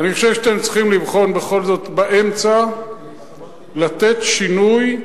אני חושב שאתם צריכים לבחון בכל זאת באמצע לתת שינוי,